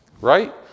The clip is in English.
right